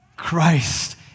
Christ